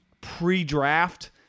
pre-draft